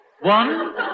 one